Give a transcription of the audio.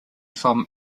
from